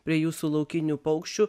prie jūsų laukinių paukščių